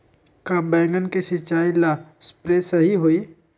का बैगन के सिचाई ला सप्रे सही होई?